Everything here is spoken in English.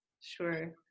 Sure